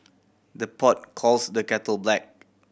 the pot calls the kettle black